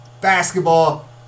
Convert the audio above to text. basketball